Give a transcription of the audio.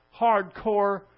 hardcore